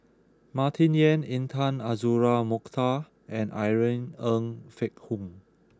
Martin Yan Intan Azura Mokhtar and Irene Ng Phek Hoong